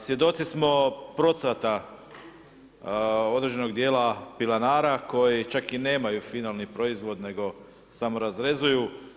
Svjedoci smo procvata određenog dijela pilanara, koji čak i nemaju finalni proizvod nego samo razrezuju.